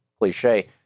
cliche